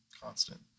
constant